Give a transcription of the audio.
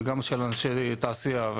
גם של אנשי תעשייה,